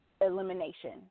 elimination